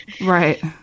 Right